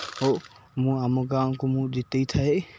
ଓ ମୁଁ ଆମ ଗାଁକୁ ମୁଁ ଜିତେଇଥାଏ